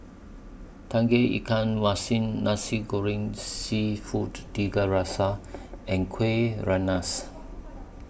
Tauge Ikan Nasi Goreng Seafood Tiga Rasa and Kueh Rengas